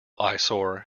eyesore